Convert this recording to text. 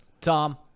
Tom